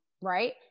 Right